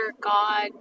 God